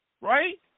Right